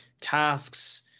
tasks